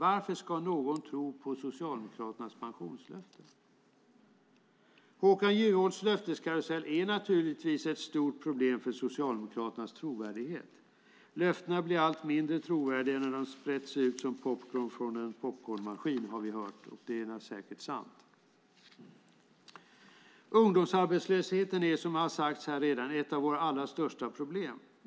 Varför ska någon tro på Socialdemokraternas pensionslöften? Håkan Juholts löfteskarusell är naturligtvis ett stort problem för Socialdemokraternas trovärdighet. Löftena blir allt mindre trovärdiga när de sprätts ut som popcorn från en popcornmaskin. Det har vi hört, och det är säkert sant. Ungdomsarbetslösheten är, som redan sagts här, ett av våra allra största problem.